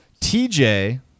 TJ